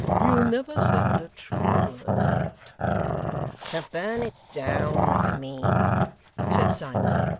you never said a truer word than that to burn it down, i mean said simon,